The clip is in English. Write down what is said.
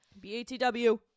B-A-T-W